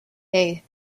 hey